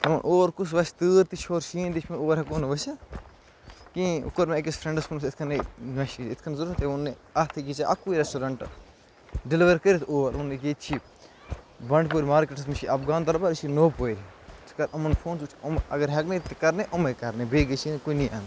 اور کُس وَسہِ تۭر تہِ چھِ اورٕ شیٖن تہِ چھِ پٮ۪وان اور ہٮ۪کَو نہٕ ؤسِتھ کِہیٖنۍ وۄنۍ کوٚر مےٚ أکِس فرٛٮ۪نٛڈَس فون یِتھ کٔنۍ گٔے مےٚ چھِ یِتھ کٔنۍ ضوٚرتھ تٔمۍ ووٚن مےٚ اَتھ ہیٚکی ژےٚ اَکُے رٮ۪سٹورنٛٹ ڈِلوَر کٔرِتھ اور ووٚنُن ییٚکیٛاہ ییٚتہِ چھِ بنٛڈٕپورِ مارکٮ۪ٹَس منٛز چھِ اَفغان دَربار یہِ چھِ نو پورِ ژٕ کَر یِمَن فون ژٕ وٕچھ یِم اگر ہٮ۪کہٕ نَے تہِ کَرنَے یِمَے کَرنَے بیٚیہِ گژھِی نہٕ کُنی اَنٛد